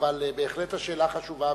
אבל בהחלט השאלה חשובה,